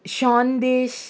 शोनदेश